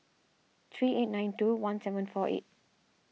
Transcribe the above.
three eight nine two one seven four eight